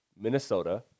Minnesota